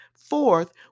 Fourth